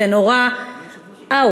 זה נורא out.